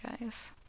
guys